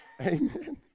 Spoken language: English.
Amen